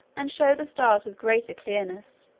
and show the stars with greater clearness.